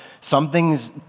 something's